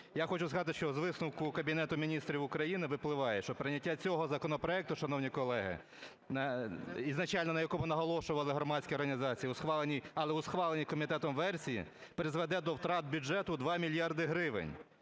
Я хочу сказати, що з висновку Кабінету Міністрів України випливає, що прийняття цього законопроекту, шановні колеги, ізначально на якому наголошували громадські організації у схваленні… але у схваленій комітетом версії, призведе до втрат бюджету 2 мільярди гривень.